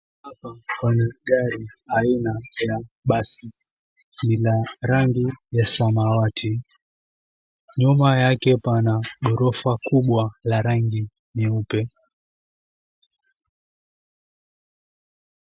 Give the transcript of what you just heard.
Hapa pana gari, aina ya basi. Lina rangi ya samawati. Nyuma yake pana ghorofa kubwa ya rangi nyeupe.